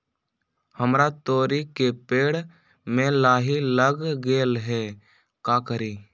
हमरा तोरी के पेड़ में लाही लग गेल है का करी?